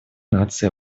нации